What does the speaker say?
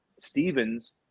Stevens